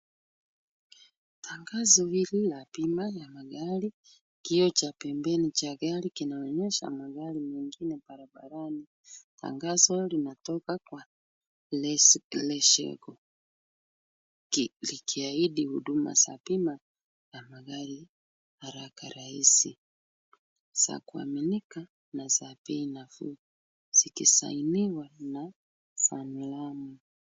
Tangazo hili la bima la magari, kioo cha pembeni cha gari kinaonyesha magari mengina barabarani. Tangazo linatoka kwa Lesmshenkokuki, likionyesha bima ya magari haraka, rahisi, za kuaminika na za bei nafuu, zikisainiwa na Samlamu.